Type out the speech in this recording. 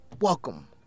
Welcome